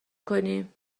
کنیم